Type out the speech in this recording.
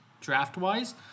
draft-wise